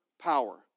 power